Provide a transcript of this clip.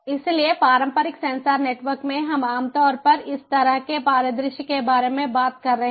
इसलिए पारंपरिक sensor network में हम आम तौर पर इस तरह के परिदृश्य के बारे में बात कर रहे हैं